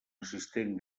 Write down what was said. assistent